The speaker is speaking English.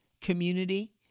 community